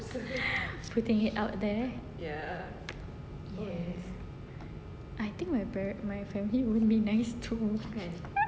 putting it out there yes I think my par~ my family won't be nice too